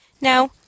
Now